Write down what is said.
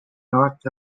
north